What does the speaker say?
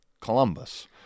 Columbus